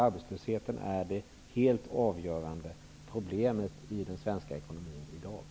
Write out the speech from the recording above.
Arbetslösheten är det helt avgörande problemet i den svenska ekonomin i dag.